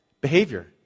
Behavior